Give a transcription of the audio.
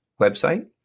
website